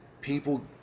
People